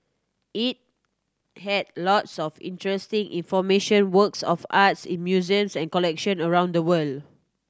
it had lots of interesting information works of arts in museums and collection around the world